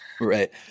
right